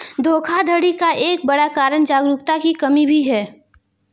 धोखाधड़ी का एक बड़ा कारण जागरूकता की कमी भी है